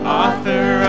author